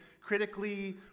critically